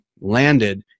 landed